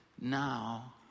now